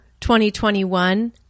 2021